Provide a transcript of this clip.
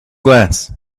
glance